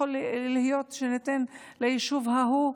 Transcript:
יכול להיות שניתן ליישוב ההוא,